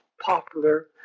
popular